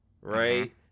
Right